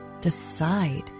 decide